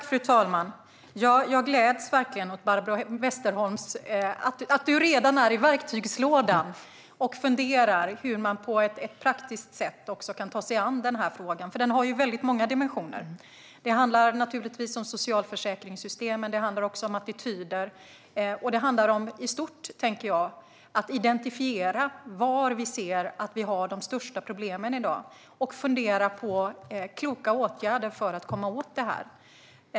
Fru talman! Jag gläds åt att Barbro Westerholm redan är i verktygslådan och funderar på hur man på ett praktiskt sätt kan ta sig an denna fråga, som har många dimensioner. Det handlar om socialförsäkringssystemen, det handlar om attityder och det handlar i stort om att identifiera var vi ser att vi har de största problemen i dag och fundera på kloka åtgärder för att komma åt dem.